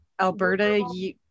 Alberta